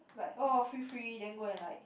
like oh free free then go and like